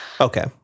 Okay